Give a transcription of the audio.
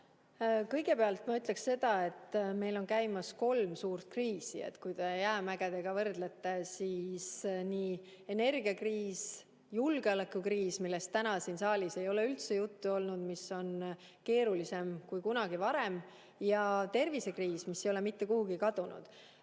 Kõigepealt ma ütleksin seda, et meil on käimas kolm suurt kriisi – kui te jäämägedega võrdlete –, energiakriis, julgeolekukriis, millest täna siin saalis ei ole üldse juttu olnud, mis on aga keerulisem kui kunagi varem, ning tervisekriis, mis ei ole mitte kuhugi kadunud.